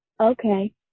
okay